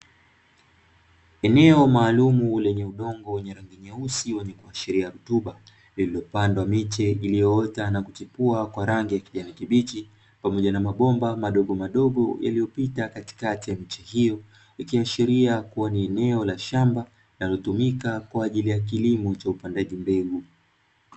Eneo maalumu lenye udongo wenye rangi nyeusi wenye kuashiria rutuba, lililopandwa miche iliyoota na kuchipua kwa rangi ya kijani kibichi pamoja na mabomba madogo madogo yaliyopita katikati ya miche hiyo, ikiashiria kuwa ni eneo la shamba linalotumika kwa ajili ya kilimo cha upandaji mbegu.